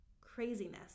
craziness